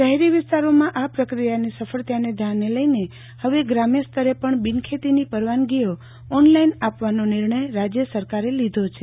શહેરી વિસ્તારીમાં આ પ્રક્રિયાની સફળતાને ધ્યાને લઈને હવે ગ્રામ્ય સ્તરે પણ બિનખેતીની પરવાનગીઓ ઓનલાઈન આપવાનો નિર્ણય રાજ્ય સરકારે લીધો છે